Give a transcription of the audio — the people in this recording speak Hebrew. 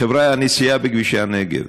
חבריא, הנסיעה בכבישי הנגב,